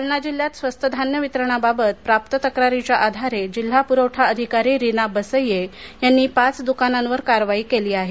जालना जिल्ह्यात स्वस्त धान्य वितरणाबाबत प्राप्त तक्रारीच्या आधारे जिल्हा पुरवठा अधिकारी रीना बस्सये यांनी पाच दुकानांवर कारवाई केली आहे